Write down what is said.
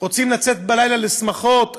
רוצים לצאת בלילה לשמחות,